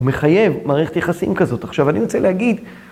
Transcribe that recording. הוא מחייב מערכת יחסים כזאת. עכשיו, אני רוצה להגיד...